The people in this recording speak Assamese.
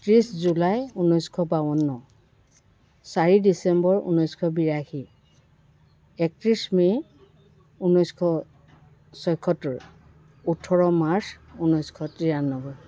ত্ৰিছ জুলাই ঊনৈছশ বাৱন্ন চাৰি ডিচেম্বৰ ঊনৈছশ বিৰাশী একত্ৰিছ মে' ঊনৈছশ ছয়সত্তৰ ওঁঠৰ মাৰ্চ ঊনৈছশ তিৰান্নব্বৈ